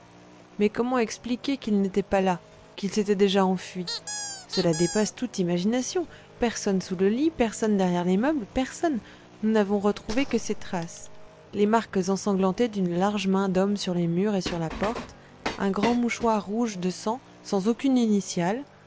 mais comment expliquer qu'il n'était pas là qu'il s'était déjà enfui cela dépasse toute imagination personne sous le lit personne derrière les meubles personne nous n'avons retrouvé que ses traces les marques ensanglantées d'une large main d'homme sur les murs et sur la porte un grand mouchoir rouge de sang sans aucune initiale